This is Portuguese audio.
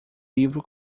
livro